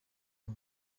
nta